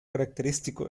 característico